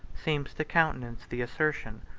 seems to countenance the assertion,